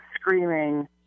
screaming